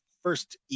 first